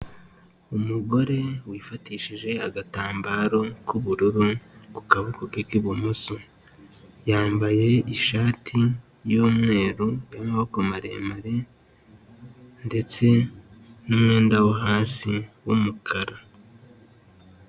Umugore wifatishije agatambaro k'ubururu ku kaboko ke k'ibumoso. Yambaye ishati y'umweru y'amaboko maremare ndetse n'umwenda wo hasi w'umukara.